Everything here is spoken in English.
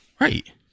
Right